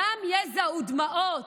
בדם, יזע ודמעות.